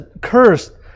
cursed